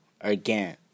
again